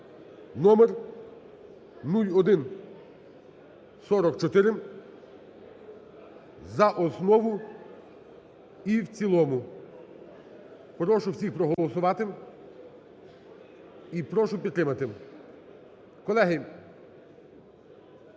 (номер 0144) за основу і в цілому. Прошу всіх проголосувати. І прошу підтримати.